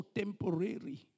temporary